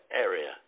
area